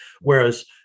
Whereas